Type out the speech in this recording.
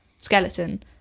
skeleton